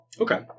Okay